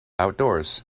outdoors